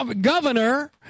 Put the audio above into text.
governor